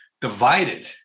divided